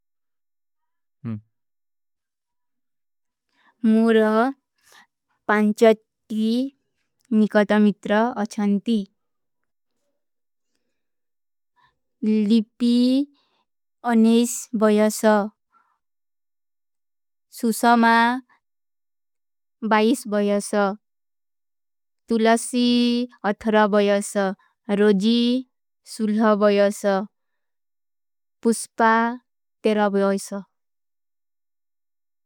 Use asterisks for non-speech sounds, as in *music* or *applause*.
ମୁର୍ହ ପାଂଚତ୍କୀ ନିକଟମିତ୍ର ଅଚ୍ଛନ୍ତୀ ଲିପୀ ଅନେଶ ବଯାଂସଃ *hesitation* ସୁସମା ବାଈସ ବଯାଂସଃ ତୁଲଶୀ ଅଥରା ବଯାଂସଃ ରୋଜୀ ସୁଲହ ବଯାଂସଃ ପୁଷ୍ପା ତେରା ବଯାଂସଃ।